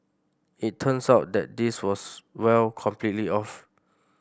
it turns out that this was well completely off